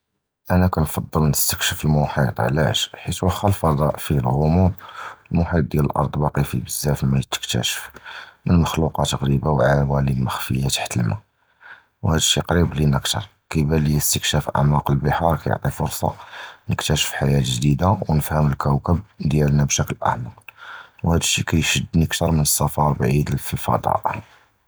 אִנַא קִנְפַדַּל נִסְתַכְּשְפּ אִל-מֻחִيط, עַלַאש? חִית וַחְכָּא אִל-פַצַ'אא פִיה אִל-עֻמוּם, אִל-מֻחִيط דִיַּל אִל-אַרְד בַּאקִי פִיה בְּזַאף מַא יִתְכְּתַשְּפ. מִן מֻחַלְקֻוּת עַגְ'יבָה וְעֻוָאלְם מְחֻפִּיָה תַחְת אִל-מַא, וְהַד שִי קְרִיב לִינָא כְתְּר. קִיְבָּאן לִיָא אִסְתִכְּשַּאפ אַעְמַאק אִל-בְּחַאר קִתְּעַטִּי פְרְסָה נִקְתַּשְּפ חַיַאת גְ'דִידָה, וְנִפְהַם אִל-כּוּכַּב דִיַּלְנָא בְּשֻכּוּל אַעְמָק, וְהַד שִי קִיְשַדְּנִי כְתְּר מִן אִל-סַפַר בְּעִיד פִי אִל-פַצַ'אא.